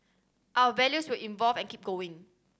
our values will evolve and keep going